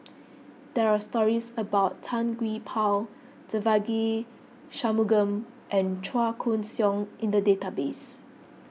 there are stories about Tan Gee Paw Devagi Sanmugam and Chua Koon Siong in the database